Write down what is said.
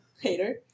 hater